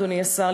אדוני השר,